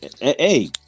Hey